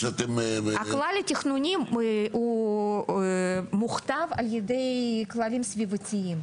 הכלל התכנוני מוכתב על ידי כללים סביבתיים.